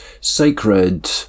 Sacred